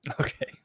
Okay